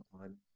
on